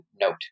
note